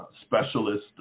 specialist